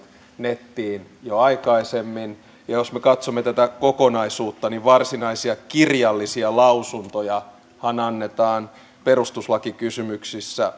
nettiin jo aikaisemmin ja jos me katsomme tätä kokonaisuutta niin varsinaisia kirjallisia lausuntojahan annetaan perustuslakikysymyksissä